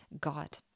God